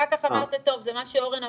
אחר אמרת טוב, זה מה שאורן אמר,